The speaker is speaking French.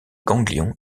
ganglions